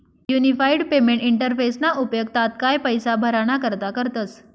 unified पेमेंट इंटरफेसना उपेग तात्काय पैसा भराणा करता करतस